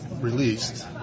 released